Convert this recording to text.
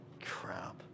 crap